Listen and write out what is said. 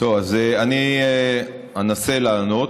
אז אני אנסה לענות.